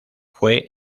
fue